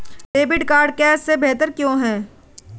Debit card cash से बेहतर क्यों है?